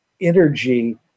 energy